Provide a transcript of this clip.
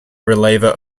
reliever